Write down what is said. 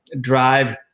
drive